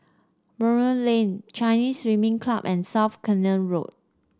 Buroh Lane Chinese Swimming Club and South Canal Road